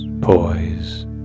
poise